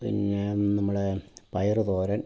പിന്നെ നമ്മളെ പയറു തോരൻ